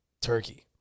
Turkey